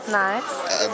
nice